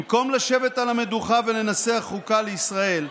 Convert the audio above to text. במקום לשבת על המדוכה ולנסח חוקה לישראל,